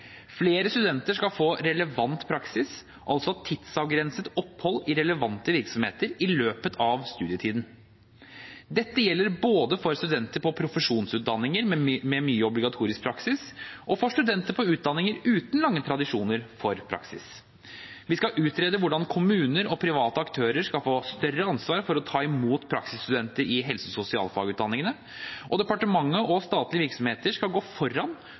Flere studenter skal få relevant praksis – altså tidsavgrensede opphold i relevante virksomheter – i løpet av studiene. Dette gjelder både for studenter på profesjonsutdanninger med mye obligatorisk praksis og for studenter på utdanninger uten lange tradisjoner for praksis. Vi skal utrede hvordan kommuner og private aktører kan få større ansvar for å ta imot praksisstudenter i helse- og sosialfagutdanningene. Og departementene og statlige virksomheter skal gå foran